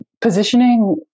positioning